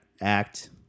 act